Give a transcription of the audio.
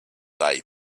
day